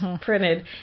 printed